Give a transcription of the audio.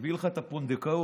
הביא לך את הפונדקאות